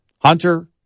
Hunter